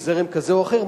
מזרם כזה או אחר,